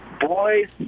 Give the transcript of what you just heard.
Boys